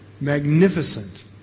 magnificent